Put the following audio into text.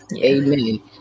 Amen